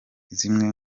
zimwe